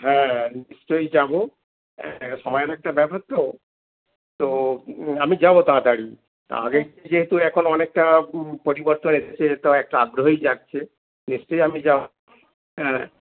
হ্যাঁ নিশ্চই যাবো সময়ের একটা ব্যাপার তো তো আমি যাবো তাড়াতাড়ি আগে যেহেতু এখন অনেকটা পরিবর্তন এসেছে তা একটা আগ্রহী যাচ্ছে নিশ্চই আমি যাব হ্যাঁ